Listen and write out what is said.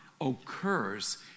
occurs